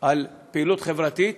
על פעילות חברתית